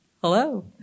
Hello